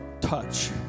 touch